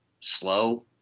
slow